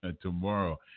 Tomorrow